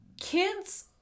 Kids